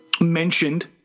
mentioned